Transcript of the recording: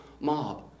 mob